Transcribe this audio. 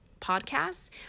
podcasts